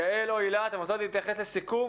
יעל או הילה אתן רוצות להתייחס בסיכום,